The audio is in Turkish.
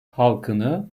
halkını